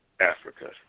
Africa